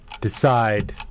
decide